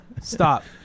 Stop